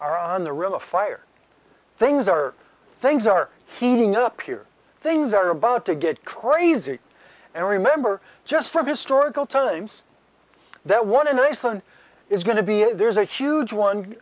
are on the run a fire things are things are heating up here things are about to get crazy and remember just for historical times that one in iceland is going to be a there's a huge one